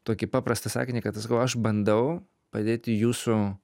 tokį paprastą sakinį kad sakau aš bandau padėti jūsų